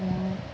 ମୁଁ